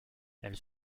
elle